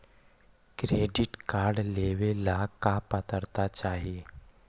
Credit card लेवेला का पात्रता चाही?